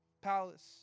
palace